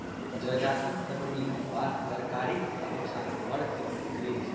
जजाति कटनीक बाद तरकारीक नोकसान बड़ कम होइत अछि